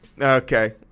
Okay